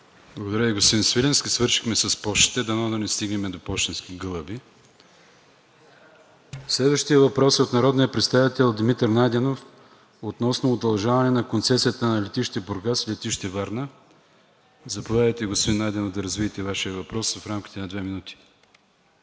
Благодаря Ви, господин Свиленски. Свършихме с пощите и дано да не стигнем до пощенски гълъби. Следващият въпрос е от народния представител Димитър Найденов относно удължаване на концесията на летище Бургас и летище Варна. Заповядайте, господин Найденов, да развиете Вашия въпрос в рамките на две минути.